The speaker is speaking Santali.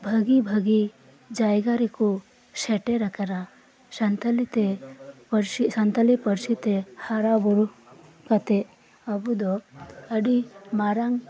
ᱵᱷᱟᱜᱮ ᱵᱷᱟᱜᱮ ᱡᱟᱭᱜᱟ ᱨᱮᱠᱚ ᱥᱮᱴᱮᱨ ᱟᱠᱟᱱᱟ ᱥᱟᱱᱛᱟᱞᱤ ᱛᱮ ᱯᱟᱨᱥᱤ ᱥᱟᱱᱛᱟᱞᱤ ᱯᱟᱨᱥᱤ ᱛᱮ ᱦᱟᱨᱟ ᱵᱩᱨᱩ ᱠᱟᱛᱮᱫ ᱟᱵᱚ ᱫᱚ ᱟᱰᱤ ᱢᱟᱨᱟᱝ